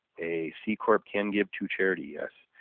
a c-corp can give to charity, yes.